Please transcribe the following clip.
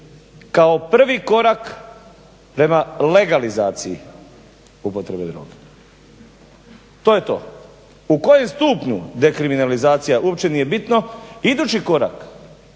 kao prvi korak prema legalizaciji upotrebe droge. To je to. U kojem stupnju dekriminalizacija uopće nije bitno, idući korak